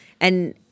And-